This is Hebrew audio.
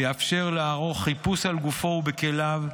יאפשר לערוך חיפוש על גופו ובכליו,